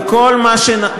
לא,